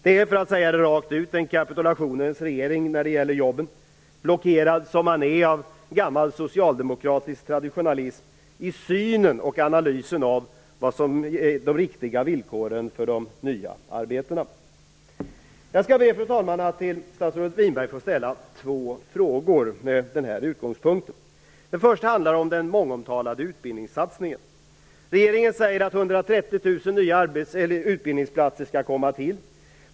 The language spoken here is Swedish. Det är, för att säga det rakt ut, en kapitulationens regering när det gäller jobben - blockerad som man är av gammal socialdemokratisk traditionalism i synen på och analysen av vad som är de riktiga villkoren för de nya arbetena. Jag ber att till statsrådet Winberg få ställa två frågor från den här utgångspunkten. Först handlar det om den mångomtalade utbildningssatsningen. Regeringen säger att 130 000 nya utbildningsplatser skall komma till.